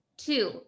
two